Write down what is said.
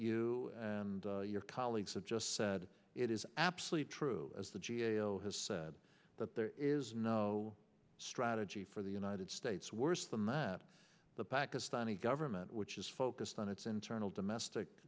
you and your colleagues have just said it is absolutely true as the g a o has said that there is no strategy for the united states worse than that the pakistani government which is focused on its internal domestic